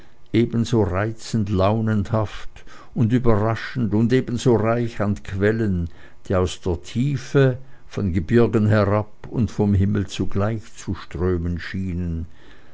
ebenso reizend launenhaft und überraschend und ebenso reich an quellen die aus der tiefe von gebirgen herab und vom himmel zugleich zu strömen schienen